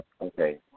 okay